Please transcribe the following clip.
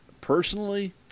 Personally